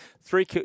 three